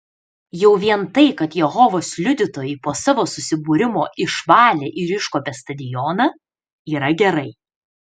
jau vien tai kad jehovos liudytojai po savo susibūrimo išvalė ir iškuopė stadioną yra gerai